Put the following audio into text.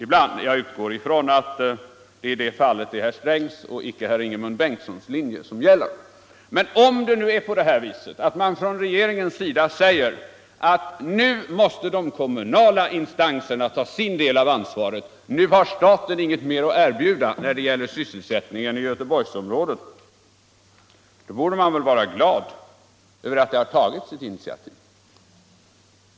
Jag utgår emellertid ifrån att det i detta fall är herr Strängs och inte herr Bengtssons linje som gäller. Men om regeringen anser att staten nu inte har någonting mera att erbjuda när det gäller sysselsättningen i Göteborgsområdet och att de kommunala instanserna måste ta sin del av ansvaret, då borde man väl vara glad över att det har tagits ett initiativ.